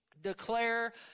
declare